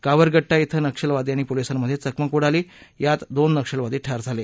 कावरगड्डा इथं नक्षलवादी आणि पोलिसांमधे चकमक उडाली यात दोन नक्षलवादी ठार झाले